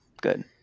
Good